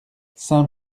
sept